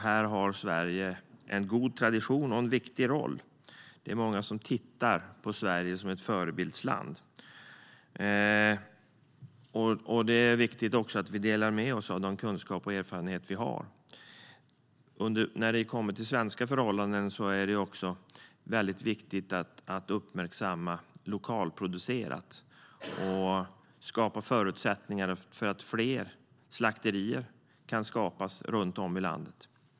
Här har Sverige en god tradition och en viktig roll. Det är många som ser på Sverige som ett förebildsland, så det är viktigt att vi delar med oss av de kunskaper och erfarenheter vi har. När det kommer till svenska förhållanden är det också väldigt viktigt att uppmärksamma lokalproducerat och att skapa förutsättningar för att fler slakterier skapas runt om i landet.